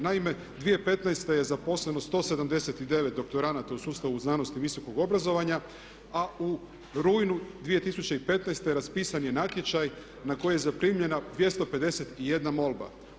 Naime, 2015. je zaposleno 179 doktoranata u sustavu znanosti i visokog obrazovanja, a u rujnu 2015. raspisan je natječaj na koji je zaprimljena 251 molba.